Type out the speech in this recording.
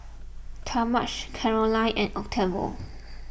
Talmadge Caroline and Octavio